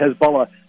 Hezbollah